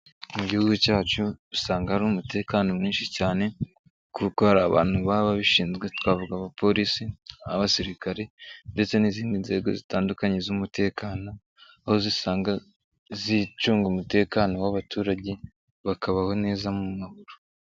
Mu gihugu cyacu usanga hari umutekano mwinshi cyane kuko hari abantu baba babishinzwe, twavuga abapolisi n'abasirikare ndetse n'izindi nzego zitandukanye z'umutekano, aho zisanga zicunga umutekano w'abaturage, bakabaho neza mu mahoro.